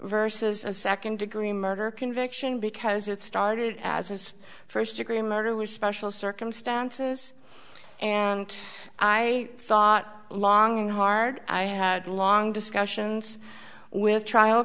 versus a second degree murder conviction because it started as his first degree murder with special circumstances and i thought long and hard i had long discussions with trial